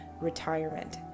retirement